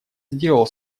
сделал